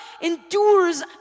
endures